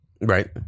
Right